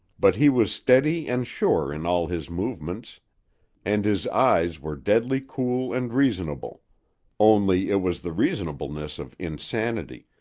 but he was steady and sure in all his movements and his eyes were deadly cool and reasonable only it was the reasonableness of insanity,